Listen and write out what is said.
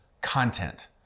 content